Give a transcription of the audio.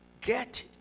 get